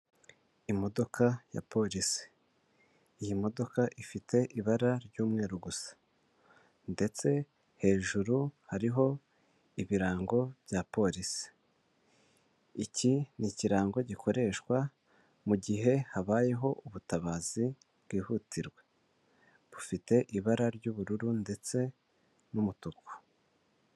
Imodoka ya polisi, iyi modoka ifite ibara ry'umweru gusa ndetse hejuru hariho ibirango bya polisi, iki ni ikirango gikoreshwa mugihe habayeho ubutabazi bwihutirwa, bufite ibara ry'ubururu ndetse n'umutuku.